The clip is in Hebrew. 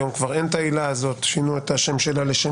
היום כבר אין העילה הזאת שינו את השם שלה לשם